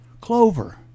Clover